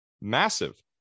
massive